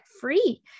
free